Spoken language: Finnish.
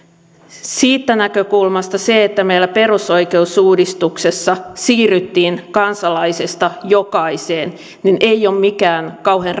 siitä näkökulmasta se että meillä perusoikeusuudistuksessa siirryttiin kansalaisesta jokaiseen ei ole mikään kauhean